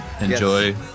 enjoy